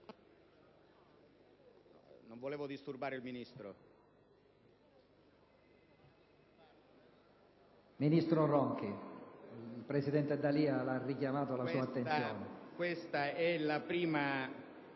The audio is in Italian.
non vorrei disturbare il Ministro. PRESIDENTE.Ministro Ronchi, il presidente D'Alia ha richiamato la sua attenzione.